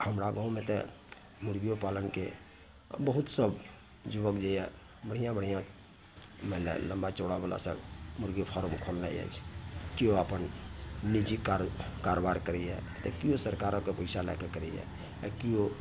हमरा गाँव मे तऽ मुर्गियो पालनके बहुतसँ जुवक जे यऽ बढ़िआँ बढ़िआँ मानि लए लम्बा चौड़ा बला सभ मुर्गी फारम खोलने अछि केओ अपन निजी कारण कारोबार करैए एतेक केओ सरकारो कऽ पैसा लए कऽ करैए आ केओ